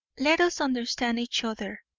let us understand each other.